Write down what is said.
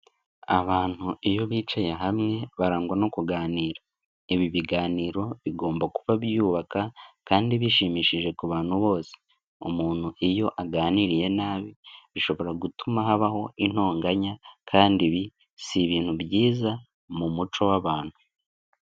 Abantu iyo bicaye hamwe barangwa no kuganira. Ibi biganiro bigomba kuba byubaka kandi bishimishije ku bantu bose. Umuntu iyo aganiriye nabi bishobora gutuma habaho intonganya kandi ibi si ibintu byiza mu muco w'abantu.